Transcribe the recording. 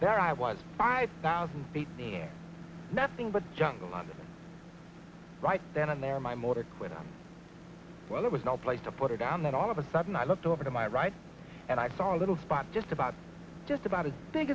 that i was five thousand feet to hear nothing but junk on right then and there my motor quit well there was no place to put it down then all of a sudden i looked over to my right and i saw a little spot just about just about as big